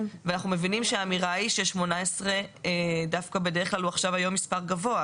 ואנחנו מבינים שהאמירה היא ש-18 דווקא בדרך כלל היום הוא נחשב גבוה.